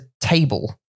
table